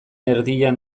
erdian